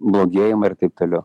blogėjimą ir taip toliau